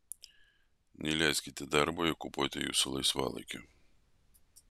neleiskite darbui okupuoti jūsų laisvalaikio